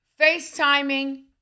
Facetiming